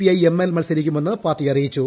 I M L മത്സരിക്കുമെന്ന് പാർട്ടി അറിയിച്ചു